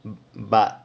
but